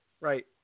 Right